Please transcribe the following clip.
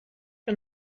que